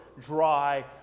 dry